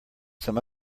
some